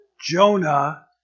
Jonah